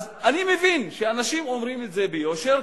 אז אני מבין שאנשים אומרים את זה ביושר,